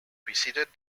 preceded